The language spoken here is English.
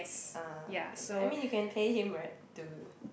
uh okay but I mean you can pay him right to